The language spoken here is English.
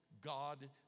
God